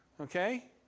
Okay